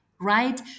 right